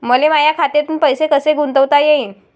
मले माया खात्यातून पैसे कसे गुंतवता येईन?